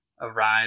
Arrive